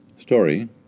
Story